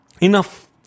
enough